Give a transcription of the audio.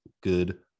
good